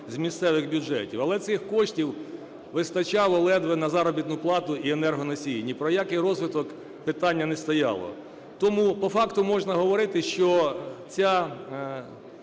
з місцевих бюджетів. Але цих коштів вистачало ледве на заробітну плату і енергоносії. Ні про який розвиток питання не стояло. Тому по факту можна говорити, що ця…